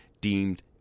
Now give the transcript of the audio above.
deemed